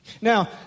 Now